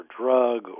drug